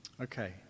okay